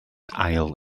ail